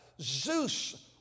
Zeus